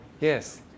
Yes